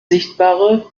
sichtbare